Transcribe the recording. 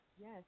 Yes